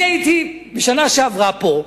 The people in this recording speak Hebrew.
אני הייתי פה בשנה שעברה,